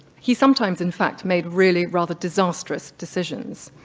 he sometimes in fact made really rather disastrous decisions.